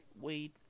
weed